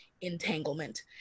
entanglement